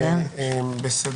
בקצרה